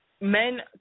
Men